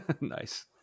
Nice